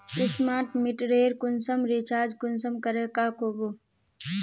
Smart मीटरेर कुंसम recharge कुंसम करे का बो?